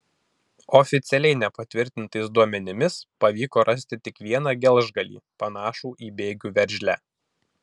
oficialiai nepatvirtintais duomenimis pavyko rasti tik vieną gelžgalį panašų į bėgių veržlę